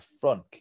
front